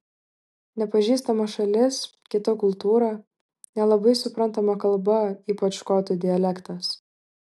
nepažįstama šalis kita kultūra nelabai suprantama kalba ypač škotų dialektas